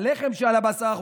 הלחם עלה ב-10%.